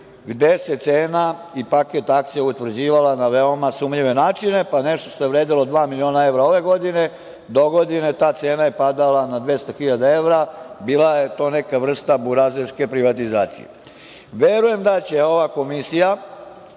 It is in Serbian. gde se cena i paket akcija utvrđivala na veoma sumnjive načine, pa nešto što je vredelo dva miliona evra ove godine, dogodine ta cena je padala na 200.000 evra, bila je to neka vrsta burazerske privatizacije. Verujem da će ova komisija